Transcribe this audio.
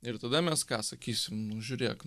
ir tada mes ką sakysim nu žiurėk